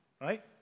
right